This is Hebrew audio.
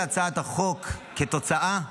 במהות של הצעת החוק, כתוצאה,